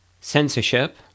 censorship